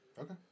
Okay